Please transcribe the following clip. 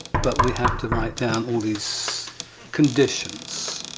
but we have to write down all these conditions,